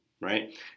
right